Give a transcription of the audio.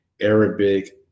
Arabic